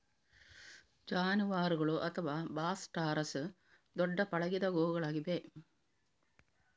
ಜಾನುವಾರುಗಳು ಅಥವಾ bos taurus ದೊಡ್ಡ ಪಳಗಿದ ಗೋವುಗಳಾಗಿವೆ